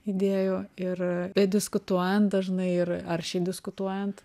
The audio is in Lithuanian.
idėjų ir bediskutuojant dažnai ir aršiai diskutuojant